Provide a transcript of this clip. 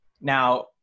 Now